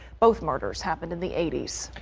both murders happened in the eighty s.